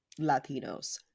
Latinos